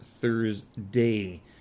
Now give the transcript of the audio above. Thursday